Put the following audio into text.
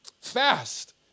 Fast